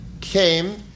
came